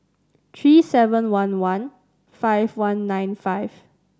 three seven one one five one nine five